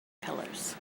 pillars